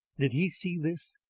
did he see this,